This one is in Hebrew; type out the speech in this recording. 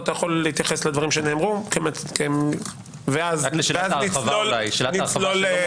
או אתה יכול להתייחס לדברים שנאמרו ואז נצלול פנימה.